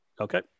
Okay